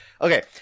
Okay